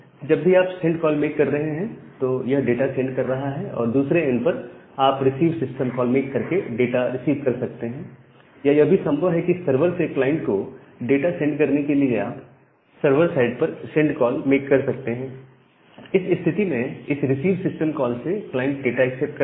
जब भी आप सेंड कॉल मेक कर रहे हैं तो यह डाटा सेंड कर रहा है और दूसरे एंड पर आप receive receive system call make करके डाटा रिसीव कर सकते हैं या यह भी संभव है कि सर्वर से क्लाइंट को डाटा सेंड करने के लिए आप सर्वर साइड पर सेंड send कॉल मेक कर सकते हैं तो इस स्थिति में इस रिसीव सिस्टम कॉल से क्लाइंट डाटा एक्सेप्ट करता है